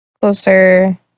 closer